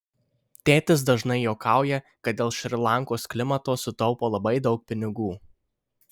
tėtis dažnai juokauja kad dėl šri lankos klimato sutaupo labai daug pinigų